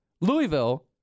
Louisville